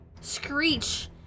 screech